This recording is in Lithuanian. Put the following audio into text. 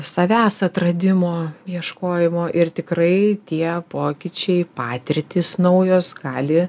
savęs atradimo ieškojimo ir tikrai tie pokyčiai patirtys naujos gali